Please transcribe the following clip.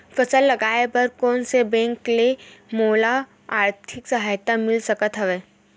फसल लगाये बर कोन से बैंक ले मोला आर्थिक सहायता मिल सकत हवय?